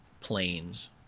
planes